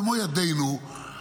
במו ידינו,